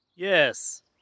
Yes